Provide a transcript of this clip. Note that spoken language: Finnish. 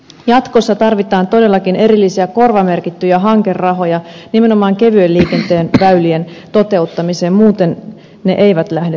jatkossa tarvitaan todellakin erillisiä korvamerkittyjä hankerahoja nimenomaan kevyen liikenteen väylien toteuttamiseen muuten ne eivät lähde liikkeelle